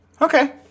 Okay